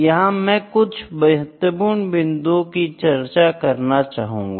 यहां मैं कुछ महत्वपूर्ण बिंदु की चर्चा करना चाहूंगा